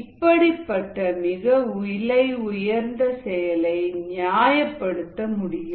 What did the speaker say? இப்படிப்பட்ட மிக விலை உயர்ந்த செயலை நியாயப்படுத்த முடியும்